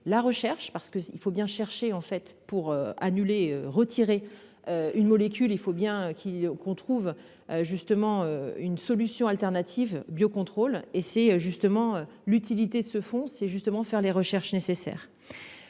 la recherche parce que il faut bien chercher en fait pour annuler retirer. Une molécule, il faut bien qu'il faut qu'on trouve justement une solution alternative biocontrôle et c'est justement l'utilité ce fonds c'est justement faire les recherches nécessaires.